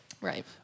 right